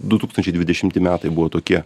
du tūkstančiai dvidešimti metai buvo tokie